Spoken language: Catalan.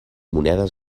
monedes